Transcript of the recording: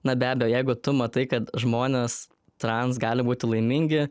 na be abejo jeigu tu matai kad žmonės trans gali būti laimingi